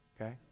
okay